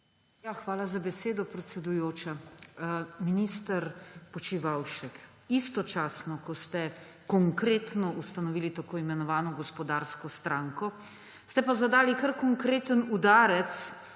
Hvala za besedo, predsedujoča. Minister Počivalšek, istočasno, ko ste konkretno ustanovili tako imenovano gospodarsko stranko, ste pa zadali kar konkreten udarec